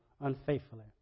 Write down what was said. unfaithfully